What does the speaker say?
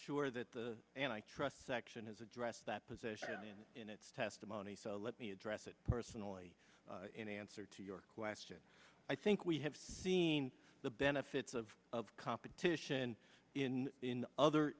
sure that the and i trust section has addressed that position in its testimony so let me address it personally in answer to your question i think we have seen the benefits of of competition in in other